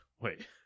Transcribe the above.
wait